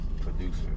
Producer